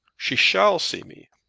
she shall see me!